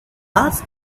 ask